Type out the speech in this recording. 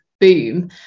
boom